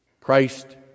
Christ